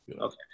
Okay